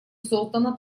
создана